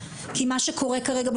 כי מה שקורה כרגע,